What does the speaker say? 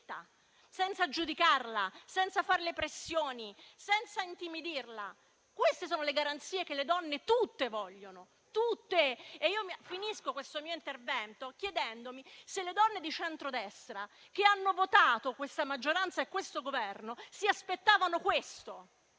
senza giudicarla, senza farle pressioni, senza intimidirla? Queste sono le garanzie che tutte le donne vogliono. Finisco il mio intervento chiedendomi se le donne di centrodestra, che hanno votato l'attuale maggioranza e questo Governo, si aspettavano ciò.